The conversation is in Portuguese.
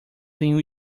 tenho